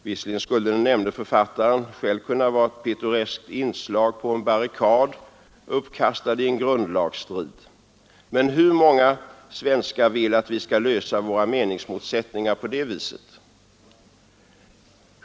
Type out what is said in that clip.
Visserligen skulle den nämnde författaren själv kunna vara ett pittoreskt inslag på en barrikad, uppkastad i en grundlagsstrid. Men hur många svenskar vill att vi skall lösa våra meningsmotsättningar på det viset?